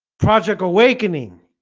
project awakening